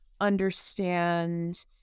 understand